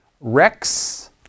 rex